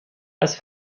als